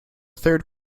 third